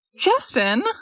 Justin